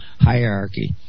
hierarchy